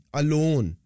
alone